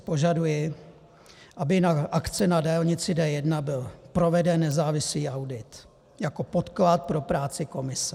Požaduji, aby na akce na dálnici D1 byl proveden nezávislý audit jako podklad pro práci komise.